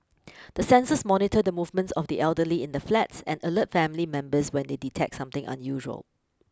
the sensors monitor the movements of the elderly in the flats and alert family members when they detect something unusual